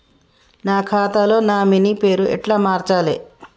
నా ఖాతా లో నామినీ పేరు ఎట్ల మార్చాలే?